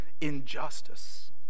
injustice